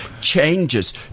changes